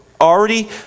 already